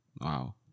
Wow